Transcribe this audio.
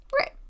Right